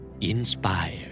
Inspired